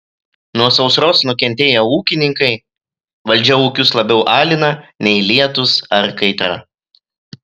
nuo sausros nukentėję ūkininkai valdžia ūkius labiau alina nei lietūs ar kaitra